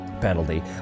penalty